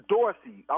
Dorsey